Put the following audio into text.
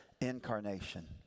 incarnation